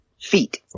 feet